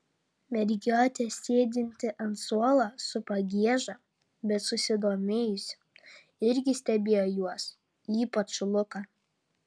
mergiotė sėdinti ant suolo su pagieža bet susidomėjusi irgi stebėjo juos ypač luką